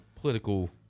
political